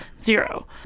zero